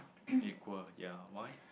equal ya why